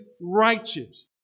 righteous